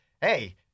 hey